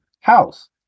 house